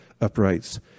uprights